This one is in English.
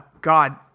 God